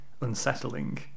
unsettling